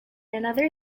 another